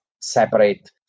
separate